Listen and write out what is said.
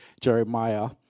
Jeremiah